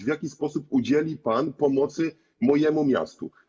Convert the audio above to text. W jaki sposób udzieli pan pomocy mojemu miastu?